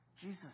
Jesus